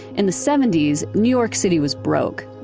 in the seventy s, new york city was broke,